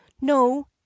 No